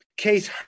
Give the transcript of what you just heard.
Case